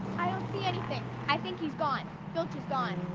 i don't see anything, i think he's gone. filch is gone.